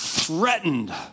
threatened